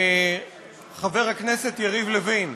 חבר הכנסת יריב לוין.